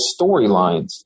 storylines